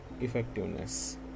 effectiveness